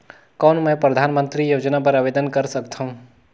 कौन मैं परधानमंतरी योजना बर आवेदन कर सकथव?